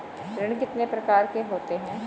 ऋण कितने प्रकार के होते हैं?